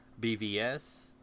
bvs